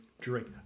drink